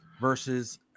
versus